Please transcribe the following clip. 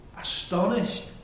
astonished